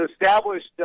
established